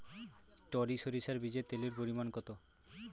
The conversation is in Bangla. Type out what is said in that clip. টরি সরিষার বীজে তেলের পরিমাণ কত?